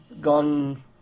gone